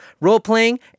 role-playing